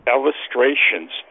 Illustrations